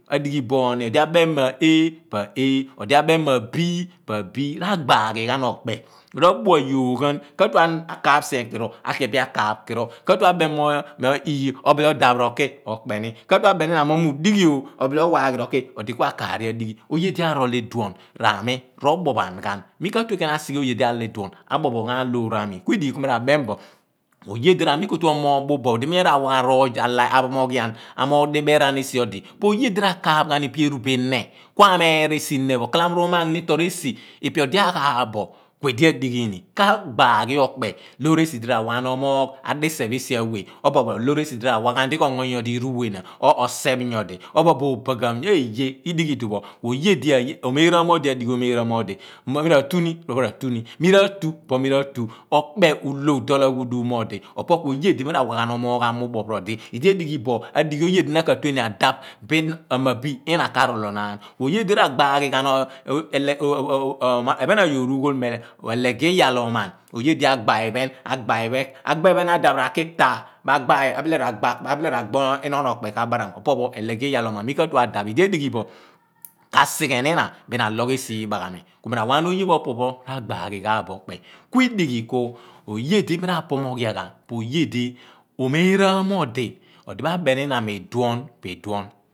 Adighi boomi odi a bem ma a po a a a bem mo a̱ b po a b rabaaghi ghen okpe ra buayooghan katue akaap sion kiro abie pe a kaap kiro, katue abem mo eih obile odap roki kua bean mo okpeni, ma mo mi kuu dighio obile owaaghi roki odikua kaar odighi oye di arool iduon ra mi ro bophan ghan mi ka tue bean a sighe oye dia rool idion a bopho ghan loor a mi kuidighi ku mi ra bem boo mo oye di rami buo tue omoogh molu ooph di miia ru a wa rozor pho mia pho mo ghian, a buoogh di beeran aghi esiodi po oye di ra kaap ghan ipe eru bo inne po a ammeera ni esi ene pho tro bo ipe odi aghaap bo etu inne kala moor nu maagh ni yoor di esi ipe odi agaaph bo kue di adighi ni ka baaghi okpe loor esi di ra wha ghen owoogh ghon aduseph esia we loor esi di rawa gha oli ko ong yoodi rughuenian oseph nyooh obo obo obagaan omeraram odi adighi omeeraam odi miratuni po miratuni miratu pho miratu okpe uloo duol aghudom mo odi opo kuo ye dimi rawa ghan owoogh a muuphooph ro di idi edighibo adighi oye di na ka tue ni a dap bin amabi ina karolonaan oye di rabaaghi ghan ephen a yoor ughool mo eleghe iyaal oman oyechi agbalphen, agbalphen agba ephim na dap ra ki taah ma bile ragha inon okpe ka baaram okpo pho elege iyaal oman mi ka tue adaph nyodi a rol idiph o idi edighi bo kasighe ni ina biin a loogh esi igbaa gha mi ku mi ra wa ghan oye pho opo pho ragbaghi ghabo okpe kuidighi ku oye di mi ra pomo ghian ghan po oye di omeeraam mo odi odi ma bemina mi dion po idoun.